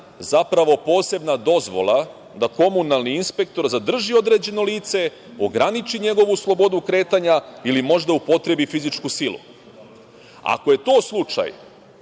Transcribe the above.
zapravo posebna dozvola da komunalni inspektor zadrži određeno lice, ograniči njegovu slobodu kretanja ili možda upotrebi fizičku silu. Ako je to slučaj,